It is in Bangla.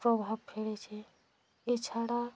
প্রভাব ফেলেছে এছাড়া